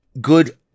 good